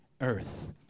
Earth